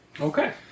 okay